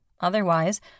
Otherwise